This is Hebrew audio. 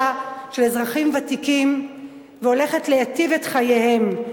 של אזרחים ותיקים והולכת להיטיב את חייהם.